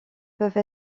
peuvent